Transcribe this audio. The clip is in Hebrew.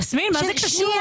יסמין, מה זה קשור?